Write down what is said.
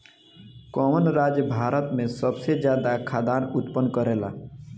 कवन राज्य भारत में सबसे ज्यादा खाद्यान उत्पन्न करेला?